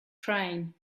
train